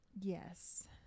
Yes